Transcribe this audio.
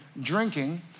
drinking